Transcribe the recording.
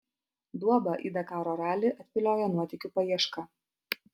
duobą į dakaro ralį atviliojo nuotykių paieška